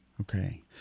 Okay